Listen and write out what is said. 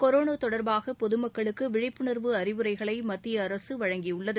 corona தொடர்பாக பொது மக்களுக்கு விழிப்புணர்வு அறிவுரைகளை மத்திய அரசு வழங்கியுள்ளது